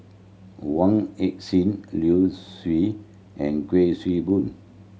Wong Heck Sing Liu Siu and Kuik Swee Boon